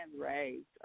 raised